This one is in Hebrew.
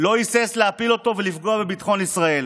לא היסס להפיל אותו ולפגוע בביטחון ישראל